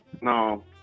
No